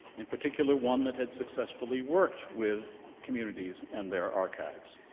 in particular one that had successfully worked with communities and their archives.